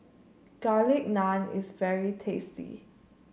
Garlic Naan is very tasty